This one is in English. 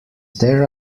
there